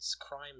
crime